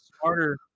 smarter